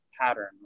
pattern